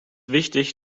wichtig